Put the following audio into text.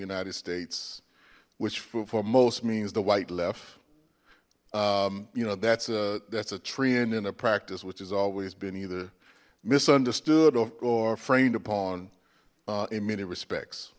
united states which for most means the white left you know that's a that's a trend and a practice which has always been either misunderstood or framed upon in many respects